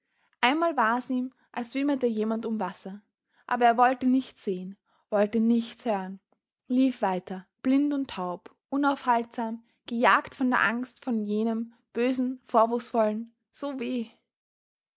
einmal war's ihm als wimmerte jemand um wasser aber er wollte nichts sehen wollte nichts hören lief weiter blind und taub unaufhaltsam gejagt von der angst vor jenem bösen vorwurfsvollen so weh